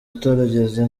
utarigeze